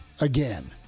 again